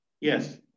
Yes